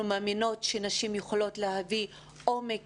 אנחנו מאמינות שנשים יכולות להביא עומק